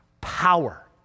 power